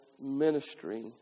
ministry